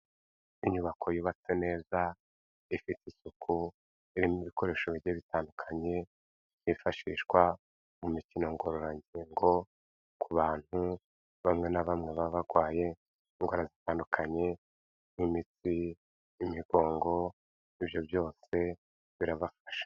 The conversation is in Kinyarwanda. Inyubako yubatse neza ifite isuku, irimo ibikoresho bigiye bitandukanye byifashishwa mu mikino ngororangingo ku bantu bamwe na bamwe baba barwaye indwara zitandukanye nk'imipiswi, imigongo ibyo byose birabafasha.